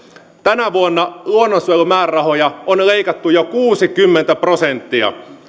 tänä vuonna luonnonsuojelumäärärahoja on leikattu jo kuusikymmentä prosenttia